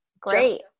great